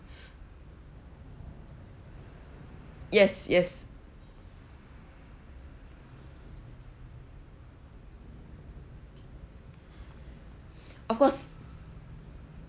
yes yes of course